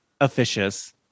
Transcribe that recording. officious